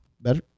Better